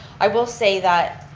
i will say that,